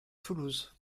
toulouse